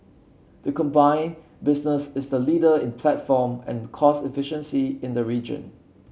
the combined business is the leader in platform and cost efficiency in the region